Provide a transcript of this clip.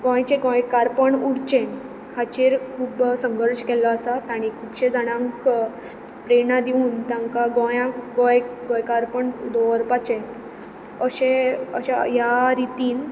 गोंयचें गोंयकारपण उरचें हाचेर खूब संघर्श केल्लो आसा तांणी खुबशे जाणांक प्रेरणा दिवन तांकां गोंयत गोंय गोंयकारपण दवरपाचें अशें अशें ह्या रितीन